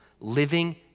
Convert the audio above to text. living